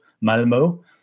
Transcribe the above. malmo